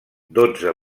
dotze